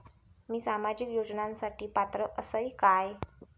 मी सामाजिक योजनांसाठी पात्र असय काय?